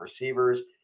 receivers